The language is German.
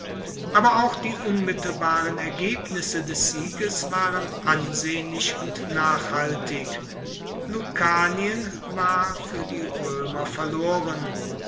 aber auch die unmittelbaren ergebnisse des sieges waren ansehnlich und nachhaltig lucanien war fuer die roemer verloren